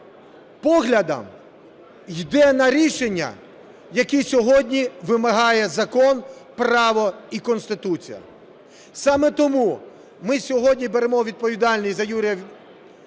поглядам, йде на рішення, які сьогодні вимагає закон, право і Конституція. Саме тому ми сьогодні беремо відповідальність за Юрія Павленка